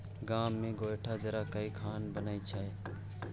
गाम मे गोयठा जरा कय खाना बनइ छै